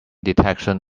detection